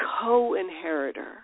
co-inheritor